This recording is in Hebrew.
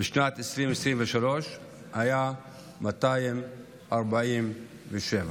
בשנת 2023 היה 247. 247